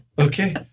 Okay